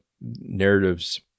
narratives